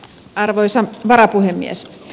arvoisa varapuhemies